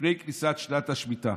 לפני כניסת שנת השמיטה,